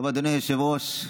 היושב-ראש,